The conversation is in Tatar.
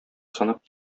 санап